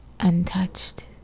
Untouched